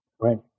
right